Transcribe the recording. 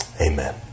Amen